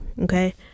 okay